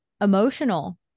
emotional